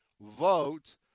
vote